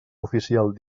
oficials